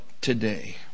today